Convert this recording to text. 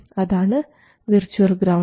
അതാണ് virtual ground